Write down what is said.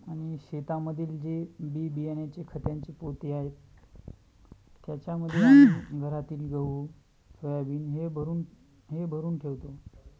आणि शेतामधील जे बी बियाण्याचे खतांची पोती आहेत त्याच्यामध्ये घरातील गहू सोयाबीन हे भरून हे भरून ठेवतो